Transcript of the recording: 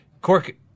Cork